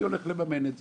מי הולך לממן את זה.